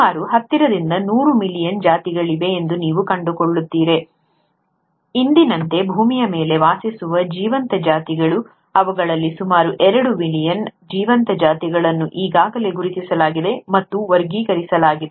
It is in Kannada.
ಸುಮಾರು ಹತ್ತರಿಂದ ನೂರು ಮಿಲಿಯನ್ ಜಾತಿಗಳಿವೆ ಎಂದು ನೀವು ಕಂಡುಕೊಳ್ಳುತ್ತೀರಿ ಇಂದಿನಂತೆ ಭೂಮಿಯ ಮೇಲೆ ವಾಸಿಸುವ ಜೀವಂತ ಜಾತಿಗಳು ಅವುಗಳಲ್ಲಿ ಸುಮಾರು ಎರಡು ಮಿಲಿಯನ್ ಜೀವಂತ ಜಾತಿಗಳನ್ನು ಈಗಾಗಲೇ ಗುರುತಿಸಲಾಗಿದೆ ಮತ್ತು ವರ್ಗೀಕರಿಸಲಾಗಿದೆ